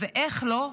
ואיך לא,